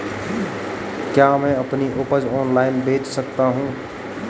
क्या मैं अपनी उपज ऑनलाइन बेच सकता हूँ?